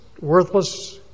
worthless